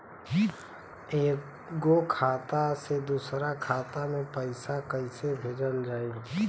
एगो खाता से दूसरा खाता मे पैसा कइसे भेजल जाई?